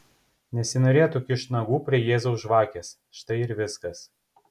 nesinorėtų kišt nagų prie jėzaus žvakės štai ir viskas